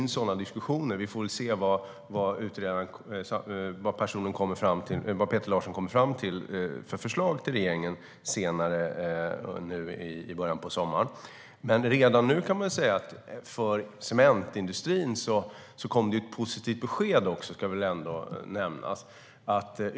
Sådana diskussioner finns, men vi får se vilka förslag som Peter Larsson kommer fram med till regeringen i början av sommaren. Det ska nämnas att det redan nu har kommit ett positivt besked för cementindustrin.